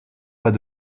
pas